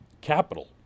capital